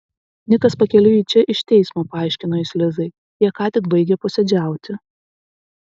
nikas pakeliui į čia iš teismo paaiškino jis lizai jie ką tik baigė posėdžiauti